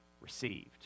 received